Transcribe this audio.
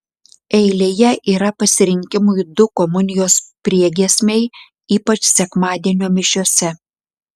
eilėje yra pasirinkimui du komunijos priegiesmiai ypač sekmadienio mišiose